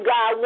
God